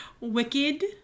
Wicked